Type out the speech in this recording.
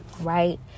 right